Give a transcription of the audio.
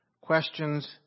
Questions